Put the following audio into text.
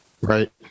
Right